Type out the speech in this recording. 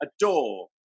adore